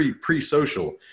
pre-social